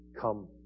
come